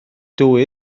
dwy